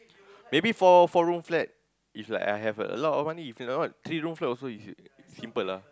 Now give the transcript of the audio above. maybe four four room flat if like I have a lot of money if not three room flat also it's simple lah